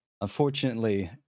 Unfortunately